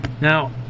Now